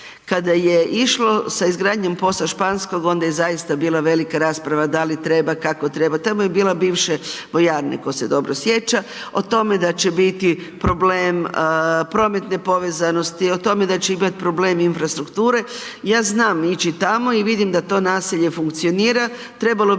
Kada je išlo sa izgradnjom POS-a Španskog, onda je zaista bila velika rasprava da li treba, kako treba, tamo je bila bivša vojarna, tko se dobro sjeća. O tome da će biti problem prometne povezanosti, o tome da će imati problem infrastrukture, ja znam ići tamo i vidim da to naselje funkcionira. Trebalo bi